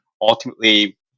ultimately